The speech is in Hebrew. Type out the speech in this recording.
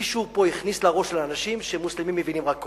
ומישהו פה הכניס לראש של האנשים שמוסלמים מבינים רק כוח.